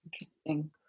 Interesting